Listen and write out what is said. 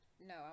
no